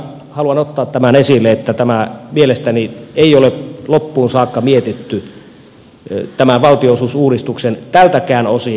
haluan ottaa tämän esille sen takia että mielestäni ei ole loppuun saakka mietitty asia tämä valtionosuusuudistus tältäkään osin